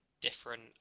different